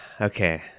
Okay